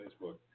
Facebook